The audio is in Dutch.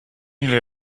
jullie